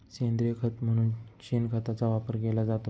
सेंद्रिय खत म्हणून शेणखताचा वापर केला जातो